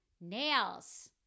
nails